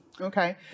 Okay